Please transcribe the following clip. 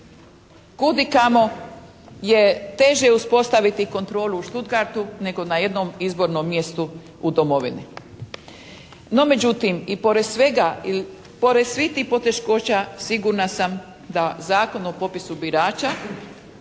Kud i kamo je teže uspostaviti kontrolu u Stuttgartu nego na jednom izbornom mjestu u domovini. No, međutim i pored svega i pored svih tih poteškoća sigurna sam da Zakon o popisu birača